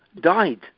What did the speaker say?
died